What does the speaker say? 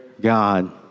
God